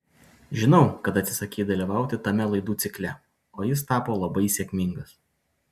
žinau kad atsisakei dalyvauti tame laidų cikle o jis tapo labai sėkmingas